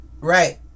Right